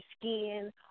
skin